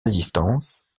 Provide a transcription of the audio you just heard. résistance